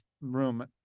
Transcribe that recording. room